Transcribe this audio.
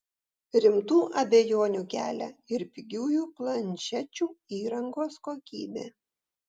rimtų abejonių kelia ir pigiųjų planšečių įrangos kokybė